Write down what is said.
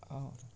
आओर